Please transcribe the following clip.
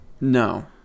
No